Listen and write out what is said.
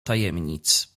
tajemnic